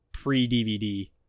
pre-DVD